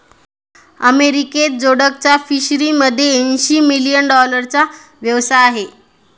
अमेरिकेत जोडकचा फिशरीमध्ये ऐंशी मिलियन डॉलरचा व्यवसाय आहे